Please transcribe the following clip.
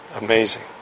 amazing